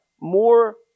more